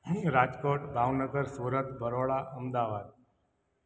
Rajkot Bhavnagar Surat Baroda Ahmedabad